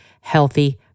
healthy